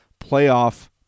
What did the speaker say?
playoff